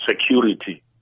security